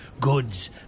Goods